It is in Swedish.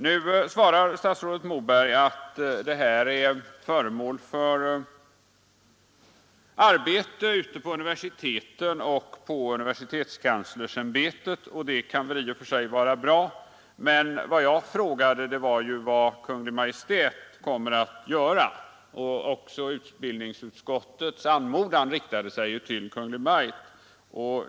Nu svarar statsrådet Moberg att frågan är föremål för arbetet ute på universiteten och inom universitetskanslersämbetet. Det kan i och för sig vara bra, men det jag frågade var vad Kungl. Maj:t kommer att göra, och också utbildningsutskottets anmodan riktade sig till Kungl. Maj:t.